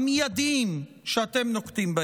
המיידיים, שאתם נוקטים?